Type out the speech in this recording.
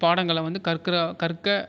பாடங்களை வந்து கற்கிற கற்க